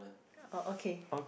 oh okay